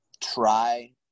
try